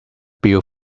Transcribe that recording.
built